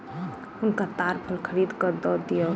हुनका ताड़ फल खरीद के दअ दियौन